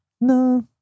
No